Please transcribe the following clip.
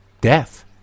death